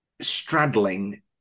straddling